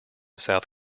south